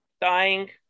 dying